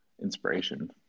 inspiration